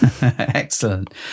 Excellent